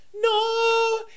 No